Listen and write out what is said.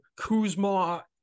Kuzma